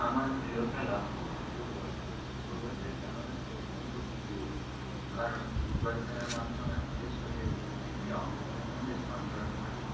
আমার প্রিয় খেলা হচ্ছে ফুটবল ফুটবল খেলাটি আমার কাছে অত্যন্ত প্রিয় কারণ ফুটবল খেলার মাধ্যমে আমাদের শরীরের প্রত্যেকটি অঙ্গপ্রত্যঙ্গের সঞ্চারণ ঘটে